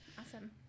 Awesome